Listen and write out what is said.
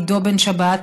עידו בן יצחק,